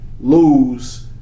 lose